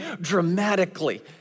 dramatically